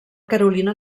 carolina